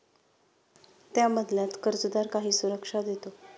त्या बदल्यात कर्जदार काही सुरक्षा देतो